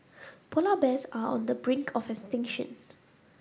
polar bears are on the brink of extinction